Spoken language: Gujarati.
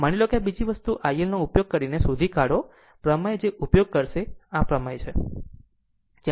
માની લો કે બીજી વસ્તુ ILનો ઉપયોગ કરીને શોધી કાઢશે પ્રમેય જે ઉપયોગ કરશે પ્રમેય આ કરશે